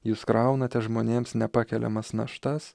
jūs kraunate žmonėms nepakeliamas naštas